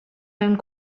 mewn